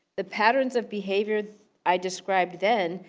the patterns of behavior i described then,